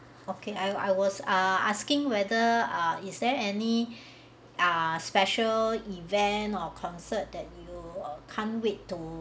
okay I I was asking whether ah is there any uh special event or concert that you can't wait to